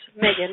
Megan